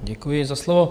Děkuji za slovo.